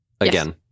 again